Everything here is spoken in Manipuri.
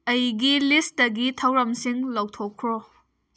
ꯑꯩꯒꯤ ꯂꯤꯁꯇꯒꯤ ꯊꯧꯔꯝꯁꯤꯡ ꯂꯧꯊꯣꯛꯈ꯭ꯔꯣ